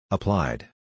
Applied